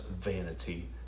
vanity